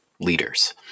leaders